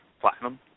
platinum